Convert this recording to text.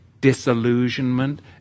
disillusionment